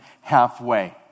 halfway